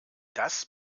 das